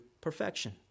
perfection